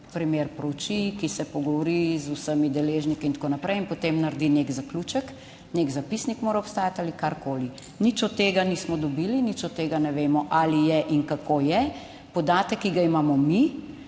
primer prouči, ki se pogovori z vsemi deležniki in tako naprej in potem naredi nek zaključek, nek zapisnik mora obstajati ali karkoli. Nič od tega nismo dobili, nič od tega ne vemo ali je in kako je. Podatek, ki ga imamo mi